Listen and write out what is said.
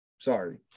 Sorry